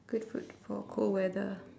good food for cold weather